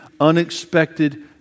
Unexpected